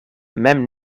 mem